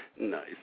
Nice